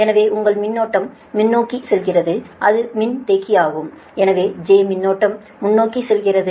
எனவே உங்கள் மின்னோட்டம் முன்னோக்கி செல்கிறது அது மின்தேக்கியாகும் எனவே j மின்னோட்டம் முன்னோக்கி செல்கிறது